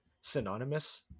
synonymous